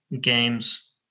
games